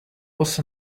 was